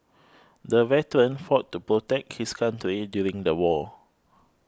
the veteran fought to protect his country during the war